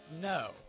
No